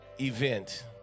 event